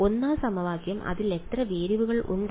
ഒന്നാം സമവാക്യം അതിൽ എത്ര വേരിയബിളുകൾ ഉണ്ട്